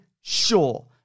sure